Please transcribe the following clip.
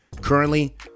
Currently